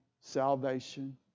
salvation